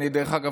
דרך אגב,